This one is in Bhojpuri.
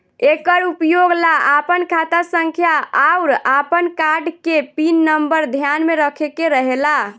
एकर उपयोग ला आपन खाता संख्या आउर आपन कार्ड के पिन नम्बर ध्यान में रखे के रहेला